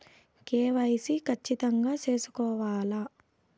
KYC ఖచ్చితంగా సేసుకోవాలా